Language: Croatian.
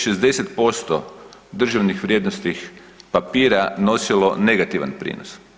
60% državnih vrijednosnih papira nosilo negativan prinos.